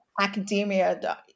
academia